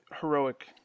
Heroic